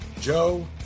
Joe